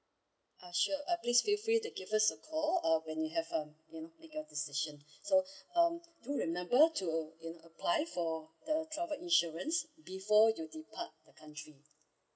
uh sure uh please feel free to give us a call uh when you have uh you know make your decision so um do remember to you know apply for the travel insurance before you depart the country